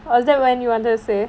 was that when you wanted to say